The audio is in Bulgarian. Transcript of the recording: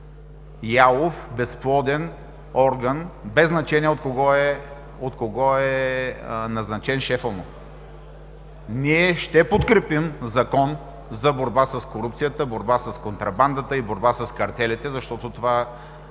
ялов, безплоден орган без значение от кого е назначен шефът му. Ние ще подкрепим Закон за борба с корупцията, борба с контрабандата и борба с картелите, защото това